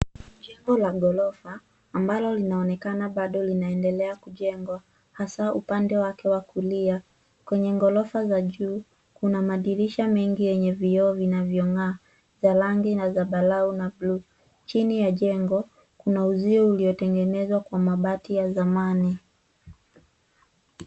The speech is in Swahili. Jengo la ghorofa, ambalo linaonekana linaendelea kujengwa, haswa upande wake wa Kulia. Kwenye ghorofa za juu, kuna madirisha mengi yenye vioo vyang'aa, vya rangi zambarau ba blue . Chini ya jengo, kunauzio uliotengenezwa kwa mabati ya zamani.